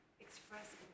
express